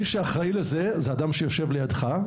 מי שאחראי לזה זה האדם שיושב לידך,